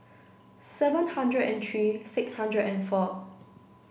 seven hundred and three six hundred and four